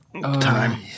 time